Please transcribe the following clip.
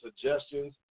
suggestions